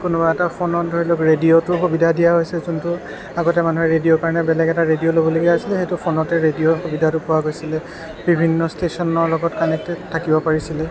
কোনোবা এটা ফোনত ধৰি লওঁক ৰেডিঅ'টো সুবিধা দিয়া হৈছিল যোনটো আগতে মানুহে ৰেডিঅ'ৰ কাৰণে বেলেগ এটা ৰেডিঅ' ল'বলগীয়া হৈছিলে সেইটো ৰেডিঅ'ৰ সুবিধাটো পোৱা গৈছিলে বিভিন্ন ষ্টেচনৰ লগত কানেক্টেড থাকিব পাৰিছিলে